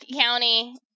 County